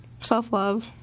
self-love